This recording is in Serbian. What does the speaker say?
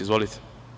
Izvolite.